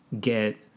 get